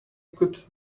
could